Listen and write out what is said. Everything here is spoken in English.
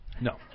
No